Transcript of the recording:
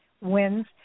wins